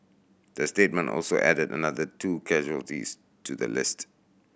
the statement also added another two casualties to the list